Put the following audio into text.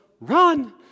run